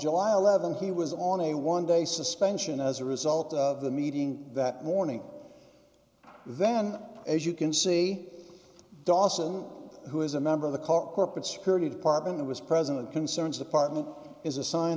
july th he was on a one day suspension as a result of the meeting that morning then as you can see dawson who is a member of the car corporate security department was present concerns department is assigned